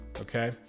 okay